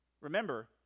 remember